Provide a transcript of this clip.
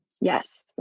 Yes